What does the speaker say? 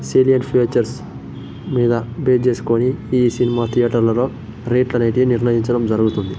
senior features మీద base చేసుకొని ఈ సినిమా థియేటర్లలో రేట్లనేటివి నిర్ణయించడం జరుగుతుంది